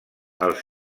els